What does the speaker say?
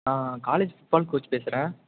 நான் college football coach பேசுகிறேன்